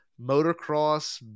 motocross